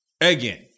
Again